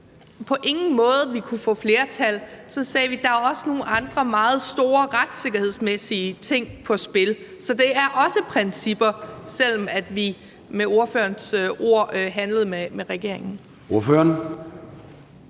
på ingen måde ville kunne få flertal, så sagde vi, at der også er nogle andre meget store retssikkerhedsmæssige ting på spil. Så det er også principper, selv om vi med ordførerens ord handlede med regeringen. Kl.